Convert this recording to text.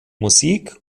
musik